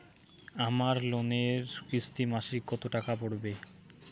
আমার লোনের কিস্তি মাসিক কত টাকা পড়বে?